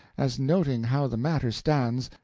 as noting how the matter stands,